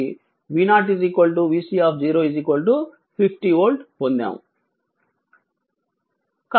కాబట్టి v0 vC 15 volt పొందాము